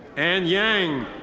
ann yang.